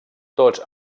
tots